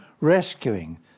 rescuing